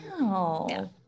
Wow